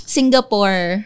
Singapore